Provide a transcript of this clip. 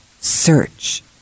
search